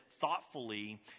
thoughtfully